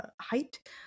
height